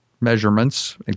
measurements